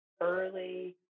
early